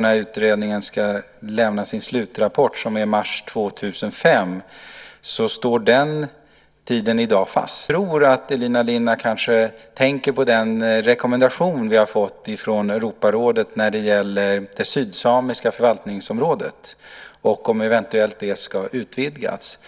när utredningen ska lämna sin slutrapport, som är mars 2005, står den tidpunkten i dag fast. Men jag tror att Elina Linna kanske tänker på den rekommendation vi har fått från Europarådet när det gäller det sydsamiska förvaltningsområdet och om det eventuellt ska utvidgas.